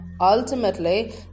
Ultimately